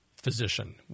physician